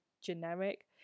generic